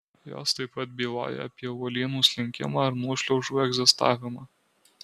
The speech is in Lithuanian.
jos taip pat byloja apie uolienų slinkimą ir nuošliaužų egzistavimą